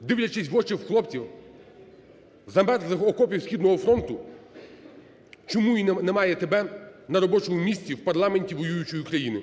дивлячись в очі хлопців, замерзлих в окопі східного фронту, чому немає тебе на робочому місці в парламенті воюючої країни?